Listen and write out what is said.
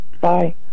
Bye